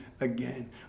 again